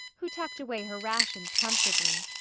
who tucked away her rations comfortably.